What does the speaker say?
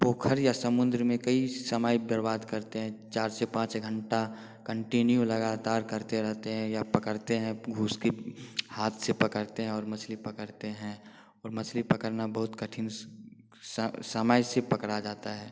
पोखर या समुद्र में कई समय बर्बाद करते हैं चार से पाँच घंटा कंटिन्यू लगातार करते रहते हैं या पकड़ते हैं घुस के हाथ से पकड़ते हैं और मछली पकड़ते हैं और मछली पकड़ना बहुत कठिन समय से पकड़ा जाता है